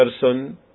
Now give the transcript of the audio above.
person